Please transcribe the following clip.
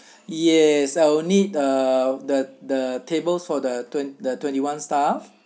yes I will need uh the the tables for the twen~ the twenty one staff